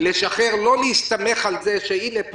לשחרר ולא להסתמך על זה שהנה,